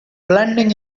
blending